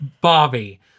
Bobby